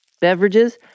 Beverages